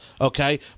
okay